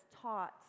taught